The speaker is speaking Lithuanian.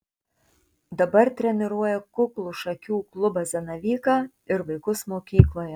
dabar treniruoja kuklų šakių klubą zanavyką ir vaikus mokykloje